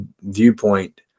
viewpoint